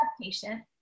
patient